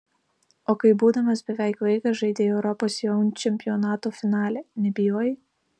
o kai būdamas beveik vaikas žaidei europos jaunių čempionato finale nebijojai